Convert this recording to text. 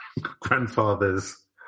grandfather's